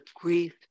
grief